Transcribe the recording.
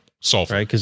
Sulfur